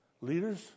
leaders